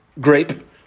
grape